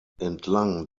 entlang